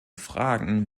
fragen